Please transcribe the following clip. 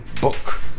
book